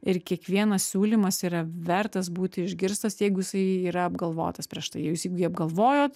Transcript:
ir kiekvienas siūlymas yra vertas būti išgirstas jeigu jisai yra apgalvotas prieš tai jeigu jį apgalvojot